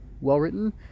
well-written